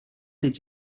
did